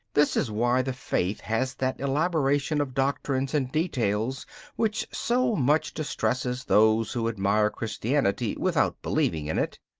this is why the faith has that elaboration of doctrines and details which so much distresses those who admire christianity without believing in it.